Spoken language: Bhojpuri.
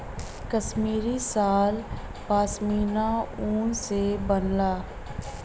कसमीरी साल पसमिना ऊन से बनला